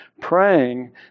praying